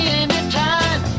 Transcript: anytime